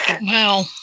Wow